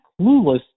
clueless